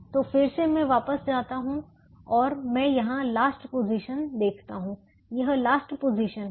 तो फिर से मैं वापस जाता हूं और मैं यहां लास्ट पोजीशन देखता हूं यह लास्ट पोजीशन है